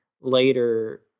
later